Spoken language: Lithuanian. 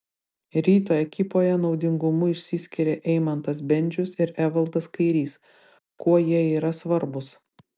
ryto ekipoje naudingumu išsiskiria eimantas bendžius ir evaldas kairys kuo jie yra svarbūs